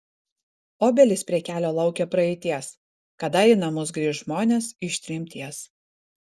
obelys prie kelio laukia praeities kada į namus grįš žmonės iš tremties